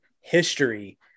history